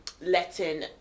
letting